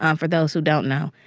um for those who don't know.